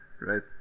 right